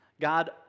God